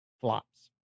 Flops